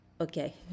Okay